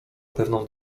pewną